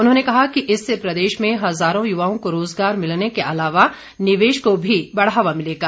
उन्होंने कहा कि इससे प्रदेश में हजारों युवाओं को रोजगार मिलने के अलावा निवेश को भी बढ़ावा मिलेगा